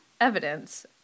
evidence